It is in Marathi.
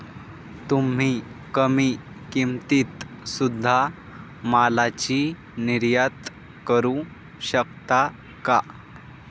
तुम्ही कमी किमतीत सुध्दा मालाची निर्यात करू शकता का